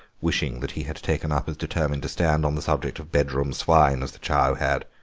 wishing that he had taken up as determined a stand on the subject of bedroom swine as the chow had.